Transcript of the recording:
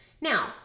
Now